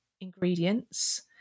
ingredients